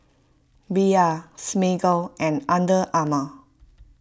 Bia Smiggle and Under Armour